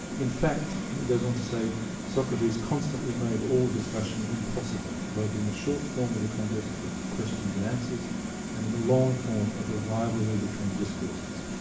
in fact he goes on to say socrates constantly made all discussion impossible both in the short form of the contest of questions and answers and in the long form of a rivalry between discourses.